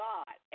God